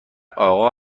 آقا